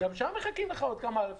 הרי גם שם מחכים לך עוד כמה אלפים,